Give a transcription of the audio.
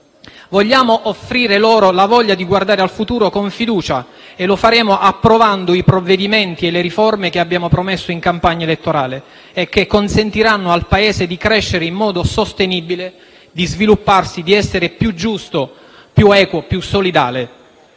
Vogliamo offrire loro la voglia di guardare al futuro con fiducia e lo faremo approvando i provvedimenti e le riforme che abbiamo promesso in campagna elettorale e che consentiranno al Paese di crescere in modo sostenibile, di svilupparsi e essere più giusto, più equo e più solidale.